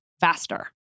faster